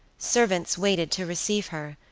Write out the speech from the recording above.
servants waited to receive her,